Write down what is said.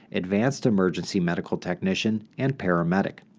advanced emergency medical technician, and paramedic.